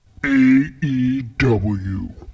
AEW